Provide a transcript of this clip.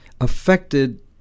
affected